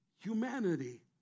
humanity